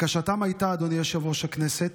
אדוני יושב-ראש הכנסת,